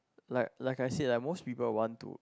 like like I say like most people want to